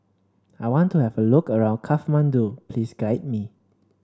I want to have a look around Kathmandu please guide me